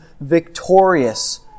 victorious